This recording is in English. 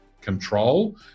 control